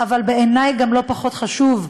ובעיני לא פחות חשוב,